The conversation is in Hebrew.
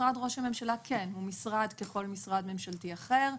משרד ראש הממשלה הוא משרד ככל משרד ממשלתי אחר.